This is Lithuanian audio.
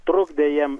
trukdė jiem